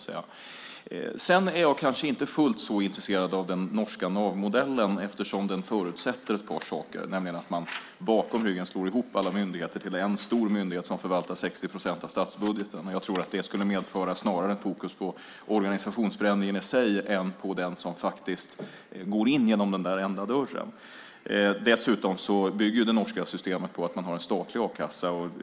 Sedan är jag kanske inte fullt så intresserad av den norska NAV-modellen eftersom den förutsätter ett par saker. Det är att man bakom ryggen slår ihop alla myndigheter till en stor myndighet som förvaltar 60 procent av statsbudgeten. Jag tror att det skulle medföra ett fokus på organisationsförändringen i sig snarare än på den som går in genom den enda dörren. Dessutom bygger det norska systemet på att man har en statlig a-kassa.